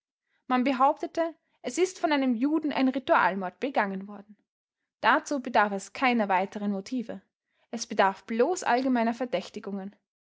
man behauptete es ist von einem juden ein ritualmord begangen worden dazu bedarf es keiner weiteren motive es bedarf bloß allgemeiner verdächtigungen